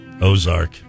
Ozark